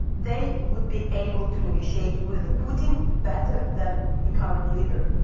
they would be able to negotiate with putin better than the current leader.